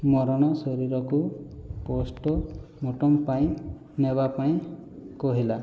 ମରଣ ଶରୀରକୁ ପୋଷ୍ଟମର୍ଟମ ପାଇଁ ନେବା ପାଇଁ କହିଲା